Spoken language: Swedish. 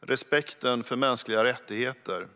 respekten för mänskliga rättigheter.